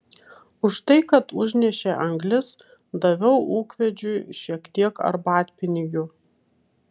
už tai kad užnešė anglis daviau ūkvedžiui šiek tiek arbatpinigių